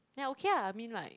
then okay ah I mean like